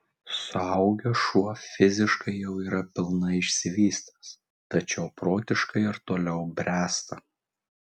suaugęs šuo fiziškai jau yra pilnai išsivystęs tačiau protiškai ir toliau bręsta